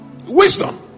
Wisdom